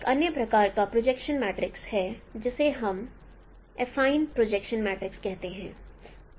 एक अन्य प्रकार का प्रोजेक्शन मैट्रिक्स है जिसे हम एफाइन प्रोजेक्शन मैट्रिक्स कहते हैं